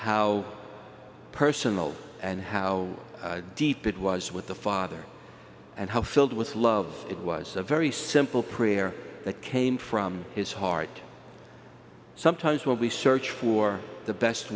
how personal and how deep it was with the father and how filled with love it was a very simple prayer that came from his heart sometimes when we search for the best